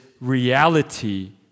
reality